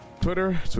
Twitter